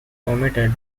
omitted